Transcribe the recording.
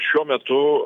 šiuo metu